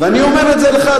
ואני אומר את זה לך,